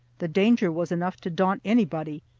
the danger was enough to daunt anybody,